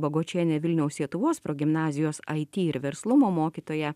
bagočienė vilniaus sietuvos progimnazijos it ir verslumo mokytoja